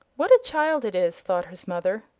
what a child it is! thought his mother,